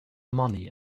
money